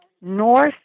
North